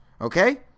Okay